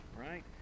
right